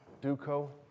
Duco